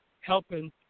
helping